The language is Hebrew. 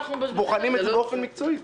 שאנחנו בוחנים את זה באופן מקצועי.